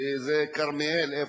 כרמיאל,